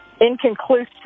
inconclusive